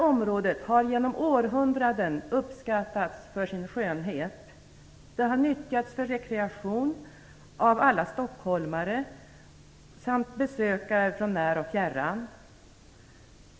Området har genom århundraden uppskattats för sin skönhet. Det har nyttjats för rekreation av alla stockholmare samt av besökare från när och fjärran.